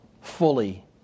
fully